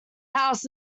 house